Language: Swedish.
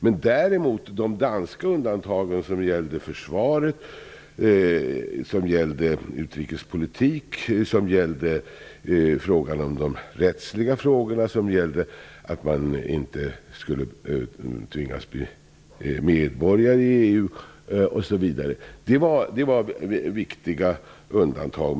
Men de danska undantagen som gällde försvaret, utrikespolitiken, de rättsliga frågorna om att inte tvingas bli medborgare i EU osv. är viktiga undantag.